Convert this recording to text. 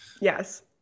Yes